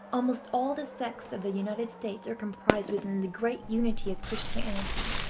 almost all the sects of the united states are comprised within the great unity of christianity,